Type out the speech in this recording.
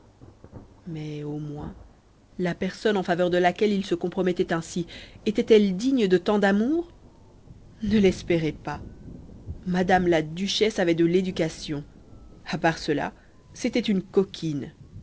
mais au moins la personne en faveur de laquelle il se compromettait ainsi était-elle digne de tant d'amour ne l'espérez pas madame la duchesse avait de l'éducation à part cela c'était une coquine